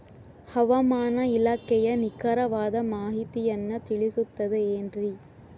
ಹವಮಾನ ಇಲಾಖೆಯ ನಿಖರವಾದ ಮಾಹಿತಿಯನ್ನ ತಿಳಿಸುತ್ತದೆ ಎನ್ರಿ?